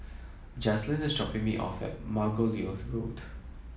Jazlyn is dropping me off at Margoliouth Road